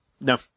No